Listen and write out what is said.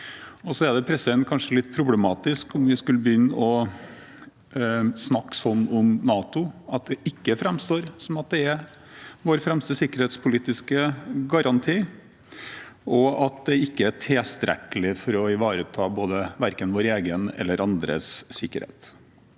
Det er kanskje litt problematisk om vi skulle begynne å snakke slik om NATO, at det ikke framstår som om NATO er vår fremste sikkerhetspolitiske garanti, og at det ikke er tilstrekkelig for å ivareta verken vår egen eller andres sikkerhet.